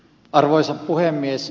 arvoisa puhemies